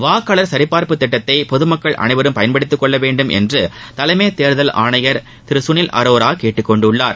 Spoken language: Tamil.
வாக்காளர் சரிபார்ப்புத் திட்டத்தை பொதுமக்கள் அனைவரும் பயன்படுத்திக் கொள்ள வேண்டும் என்று தலைமைத் தேர்தல் ஆணையர் திரு சுனில் அரோரா கேட்டுக் கொண்டுள்ளார்